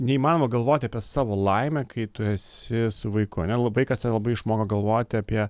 neįmanoma galvoti apie savo laimę kai tu esi su vaiku anel vaikas tave labai išmoko galvoti apie